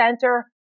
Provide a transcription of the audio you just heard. center